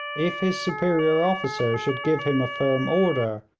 if his superior officer should give him a firm order,